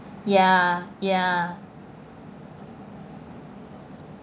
ya ya